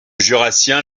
jurassien